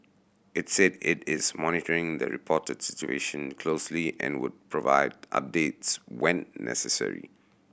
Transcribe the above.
it said it is monitoring the reported situation closely and would provide updates when necessary